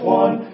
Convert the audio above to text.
one